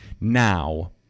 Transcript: now